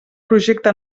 projecte